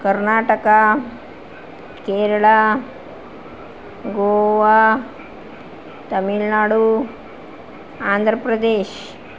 Karnataka Kerala Goa Tamil Nadu Andhra Pradesh